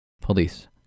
Police